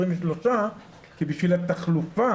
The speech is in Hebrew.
23,000 כי בשביל התחלופה,